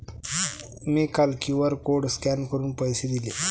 मी काल QR code scan करून पैसे दिले